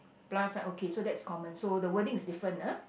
plus sign okay so that's common so the wording is different ah